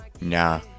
Nah